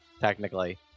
technically